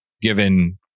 given